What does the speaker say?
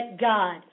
God